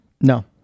No